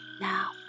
Now